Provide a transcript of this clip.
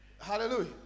Hallelujah